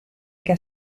que